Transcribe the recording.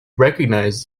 recognize